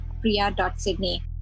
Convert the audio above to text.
priya.sydney